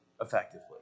effectively